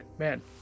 Man